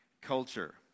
culture